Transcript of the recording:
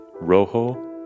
rojo